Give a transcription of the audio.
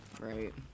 Right